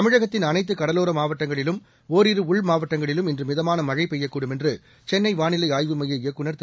தமிழகத்தின் அனைத்து கடலோர மாவட்டங்களிலும் ஒரிரு உள்மாவட்டங்களிலும் இன்று மிதமான மழை பெய்யக்கூடும் என்று சென்னை வாளிலை ஆய்வு மைய இயக்குநர் திரு